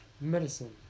medicine